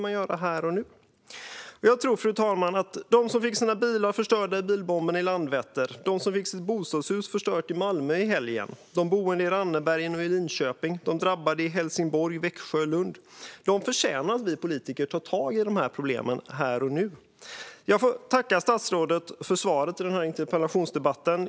Jag menar, fru talman, att de som fick sina bilar förstörda av bomben i Landvetter, de som fick sitt bostadshus förstört i Malmö i helgen, de boende i Rannebergen och Linköping och de drabbade i Helsingborg, Växjö och Lund förtjänar att vi politiker tar tag i dessa problem här och nu. Jag får tacka statsrådet för svaret i denna interpellationsdebatt.